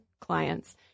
clients